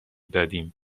دادیم